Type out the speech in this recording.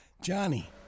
Johnny